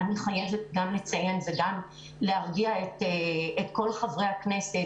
אני חייבת לציין ולהרגיע את כל חברי הכנסת,